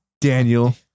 Daniel